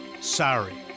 sorry